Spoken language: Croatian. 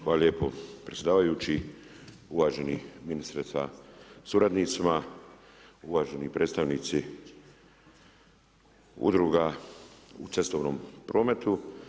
Hvala lijepo predsjedavajući, uvažani ministre sa suradnicima, uvaženi predstavnici udruga cestovnom prometu.